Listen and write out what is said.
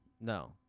No